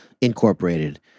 incorporated